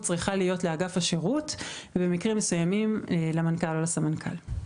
צריכה להיות לאגף השירות ובמקרים מסוימים למנכ"ל או לסמנכ"ל.